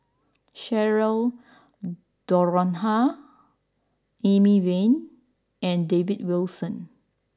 Cheryl Noronha Amy Van and David Wilson